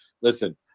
listen